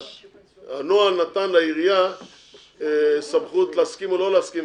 שהנוהל נתן לעירייה סמכות להסכים או לא להסכים,